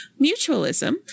Mutualism